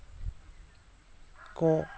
ᱠᱚ